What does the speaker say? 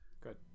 Good